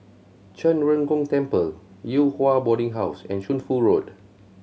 Zhen Ren Gong Temple Yew Hua Boarding House and Shunfu Road